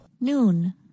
Noon